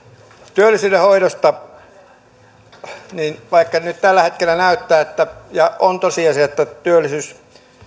työllisyyden hoidosta vaikka nyt tällä hetkellä näyttää siltä ja on tosiasia että